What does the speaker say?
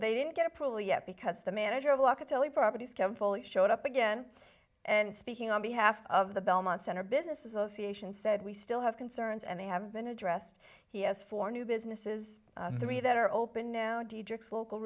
they didn't get approval yet because the manager of the catelli properties don't fully showed up again and speaking on behalf of the belmont center business association said we still have concerns and they have been addressed he has four new businesses three that are open now